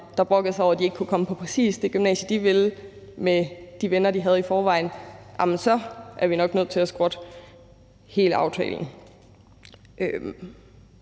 der brokkede sig over, at deres børn ikke kunne komme på præcis det gymnasium, de ville, med de venner, de havde i forvejen, så var man nok nødt til at skrotte hele aftalen.